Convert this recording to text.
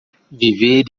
viver